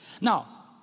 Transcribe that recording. Now